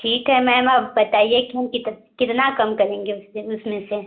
ठीक है मैम आप बताइए कि हम कितना कम करेंगे उसमें से